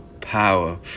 power